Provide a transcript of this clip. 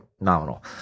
nominal